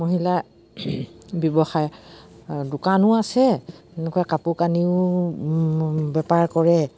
মহিলা ব্যৱসায় দোকানো আছে এনেকুৱা কাপোৰ কানিও বেপাৰ কৰে